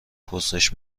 پرسش